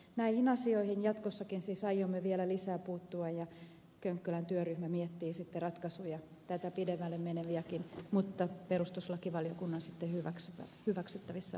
näihin asioihin jatkossakin siis aiomme vielä lisää puuttua ja könkkölän työryhmä miettii sitten ratkaisuja tätä pidemmälle meneviäkin mutta perustuslakivaliokunnan hyväksyttävissä olevia ratkaisuja